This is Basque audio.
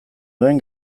duen